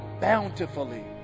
bountifully